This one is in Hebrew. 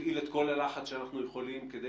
נפעיל את כל הלחץ שאנחנו יכולים להפעיל כדי